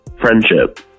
friendship